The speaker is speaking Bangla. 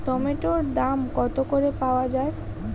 টমেটোর দাম কত করে পাওয়া যায়?